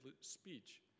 speech